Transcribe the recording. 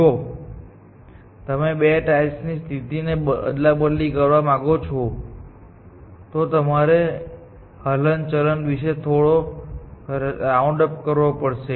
જો તમે બે ટાઇલ્સની સ્થિતિને અદલાબદલી કરવા માંગો છો તો તમારે હલનચલન વિશે થોડો રાઉન્ડ કરવો પડશે